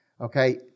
okay